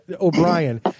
O'Brien